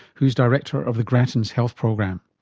who's director of the gratton's health program.